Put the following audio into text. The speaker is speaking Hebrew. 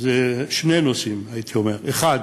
זה שני נושאים, הייתי אומר: אחד